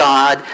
God